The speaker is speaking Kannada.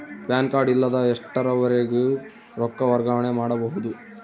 ಪ್ಯಾನ್ ಕಾರ್ಡ್ ಇಲ್ಲದ ಎಷ್ಟರವರೆಗೂ ರೊಕ್ಕ ವರ್ಗಾವಣೆ ಮಾಡಬಹುದು?